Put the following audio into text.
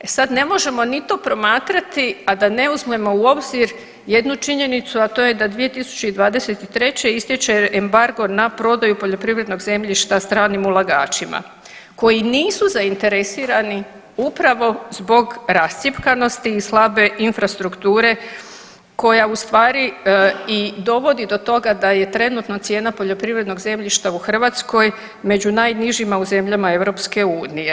E sad, ne možemo ni to promatrati, a da ne uzmemo u obzir jednu činjenicu, a to je da 2023. istječe embargo na prodaju poljoprivrednog zemljišta stranim ulagačima koji nisu zainteresirani upravo zbog rascjepkanosti i slabe infrastrukture koja u stvari i dovodi do toga da je trenutno cijena poljoprivrednog zemljišta u Hrvatskoga među najnižima u zemljama EU.